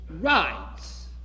Rides